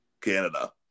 canada